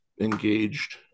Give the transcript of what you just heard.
engaged